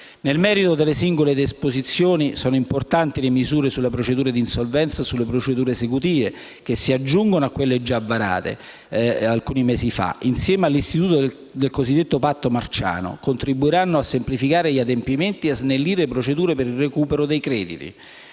Nel merito delle singole disposizioni, sono importanti le misure sulle procedure di insolvenza e sulle procedure esecutive, che si aggiungono a quelle già varate alcuni mesi fa, che, insieme all'istituto del cosiddetto patto marciano, contribuiranno a semplificare gli adempimenti e a snellire le procedure per il recupero dei crediti.